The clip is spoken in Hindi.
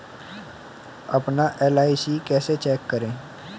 अपना एल.आई.सी कैसे चेक करें?